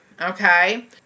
okay